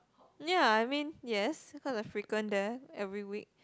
ya I mean yes cause I frequent there every week